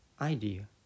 idea